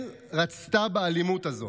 אני אומרת במילה אחרונה, כי נגמר לי הזמן.